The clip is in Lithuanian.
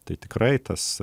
tai tikrai tas